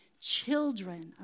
children